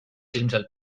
ilmselt